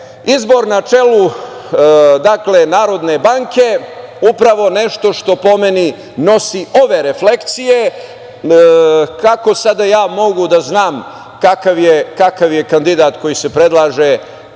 izbor na čelu Narodne banke upravo nešto što po meni, nosi ove refleksije. Kako ja sada mogu da znam kakav je kandidat koji se predlaže